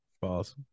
False